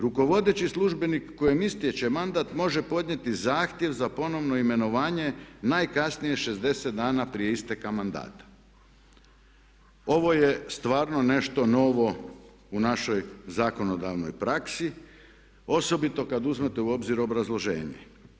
Rukovodeći službenik kojem istječe mandat može podnijeti zahtjev za ponovno imenovanje najkasnije 60 dana prije isteka mandata.“ Ovo je stvarno nešto novo u našoj zakonodavnoj praksi osobito kad uzmete u obzir obrazloženje.